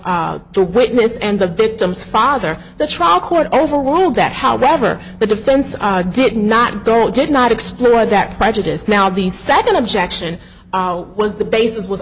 of the witness and the victim's father the trial court over while that however the defense did not go did not explore that prejudice now the second objection how was the basis was